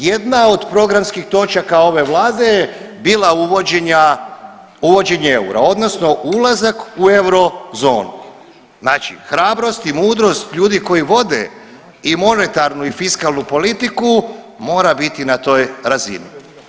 Jedna od programskih točaka ove vlade je bila uvođenje eura odnosno ulazak u eurozonu, znači hrabrost i mudrost ljudi koji vode i monetarnu i fiskalnu politiku mora biti na toj razini.